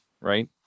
right